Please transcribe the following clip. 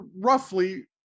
roughly